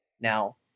now